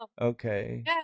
Okay